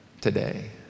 today